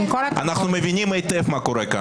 אנחנו מבינים היטב מה קורה כאן.